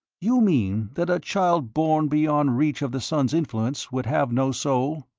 you mean that a child born beyond reach of the sun's influence would have no soul?